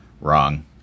Wrong